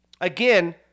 again